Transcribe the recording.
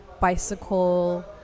bicycle